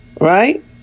Right